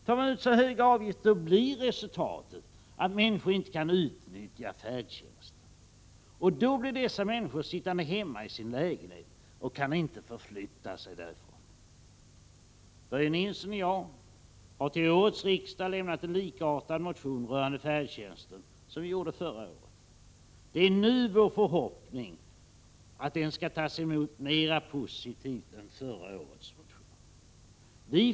Tar man ut så höga avgifter blir resultatet att människor inte kan utnyttja färdtjänsten. Då blir dessa människor sittande hemma i sin lägenhet och kan inte förflytta sig därifrån. Börje Nilsson och jag har till årets riksdag väckt en liknande motion rörande färdtjänsten som den som vi väckte förra året. Det är nu vår förhoppning att den skall tas emot mera positivt än förra årets motion.